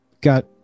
got